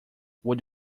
would